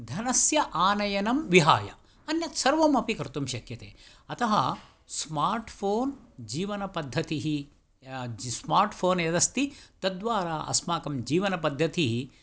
धनस्य आनयनं विहाय अन्यत् सर्वमपि कर्तुं शक्यते अतः स्मार्ट् फ़ोन् जीवनपद्धतिः स्मार्ट् फ़ोन् यदस्ति तद्वारा अस्माकं जीवनपद्धतिः